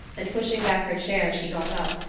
and pushing back her chair she got up,